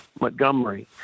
Montgomery